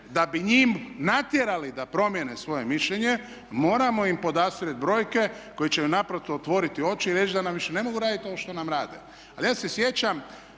da bi njim natjerali da promijene svoje mišljenje moramo im podastrijeti brojke koje će im naprosto otvoriti oči i reći da nam više ne mogu raditi ovo što nam rade. Ali ja se sjećam,